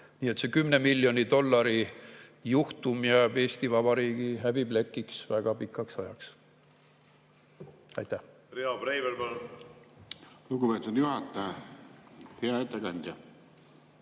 Nii et see 10 miljoni dollari juhtum jääb Eesti Vabariigi häbiplekiks väga pikaks ajaks. Riho